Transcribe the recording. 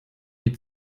die